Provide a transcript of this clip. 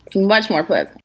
much more good